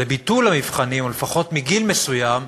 לביטול המבחנים, או לפחות מגיל מסוים,